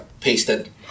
pasted